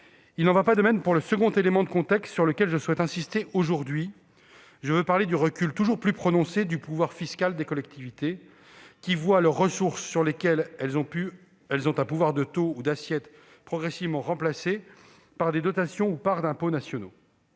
Il n'en va pas de même pour le second élément de contexte sur lequel je souhaite insister aujourd'hui : je veux parler du recul toujours plus prononcé du pouvoir fiscal des collectivités, qui voient les ressources sur lesquelles elles ont un pouvoir de taux ou d'assiette progressivement remplacées par des dotations ou des parts d'impôts nationaux.